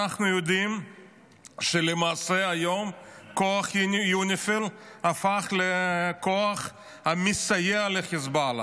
אנחנו יודעים שלמעשה היום כוח יוניפי"ל הפך לכוח המסייע לחיזבאללה.